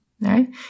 right